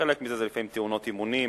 וחלק מזה זה לפעמים תאונות אימונים